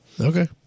Okay